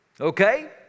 okay